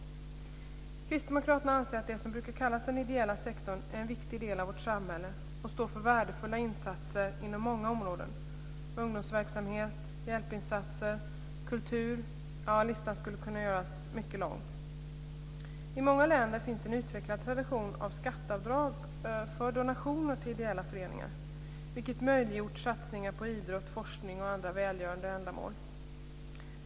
Kristdemokraterna anser att det som brukar kallas den ideella sektorn är en viktig del av vårt samhälle och står för värdefulla insatser inom många områden: ungdomsverksamhet, hjälpinsatser, kultur. Ja, listan skulle kunna göras mycket lång. I många länder finns en utvecklad tradition av skatteavdrag för donationer till ideella föreningar, vilket har möjliggjort satsningar på idrott, forskning och andra välgörande ändamål.